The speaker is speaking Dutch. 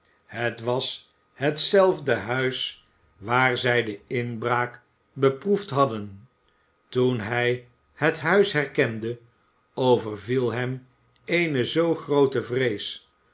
dan was hetzelfde huis waar zij de inbraak beproefd hadden toen hij het huis herkende overviel hem eene zoo groote wees